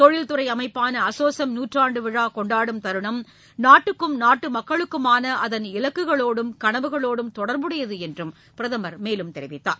தொழில்துறை அமைப்பான அசோசெம் நூற்றாண்டு விழா கொண்டாடும் தருணம் நாட்டுக்கும் நாட்டு மக்களுக்குமான அதன் இலக்குகளோடும் கனவுகளோடும் தொடர்புடையது என்று அவர் குறிப்பிட்டார்